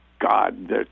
God